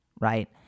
right